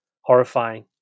horrifying